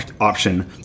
option